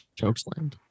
chokeslammed